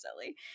silly